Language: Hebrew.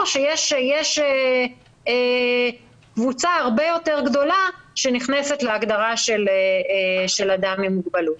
שיש קבוצה הרבה יותר גדולה שנכנסת להגדרה של אדם עם מוגבלות.